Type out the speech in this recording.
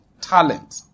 Talent